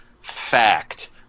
fact